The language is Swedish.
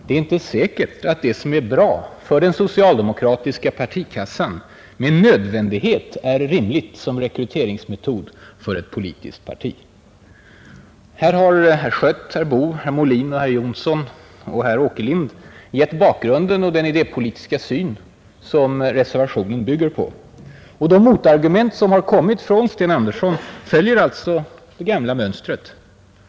Det är inte säkert att det som är bra för den socialdemokratiska partikassan med nödvändighet är rimligt som rekryteringsmetod för ett politiskt parti. Här har herr Schött, herr Boo, herr Molin, herr Jonsson i Alingsås och herr Åkerlind gett bakgrunden och den idépolitiska syn som reservationen bygger på. De motargument som har kommit från Sten Andersson följer det gamla mönstret.